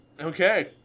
Okay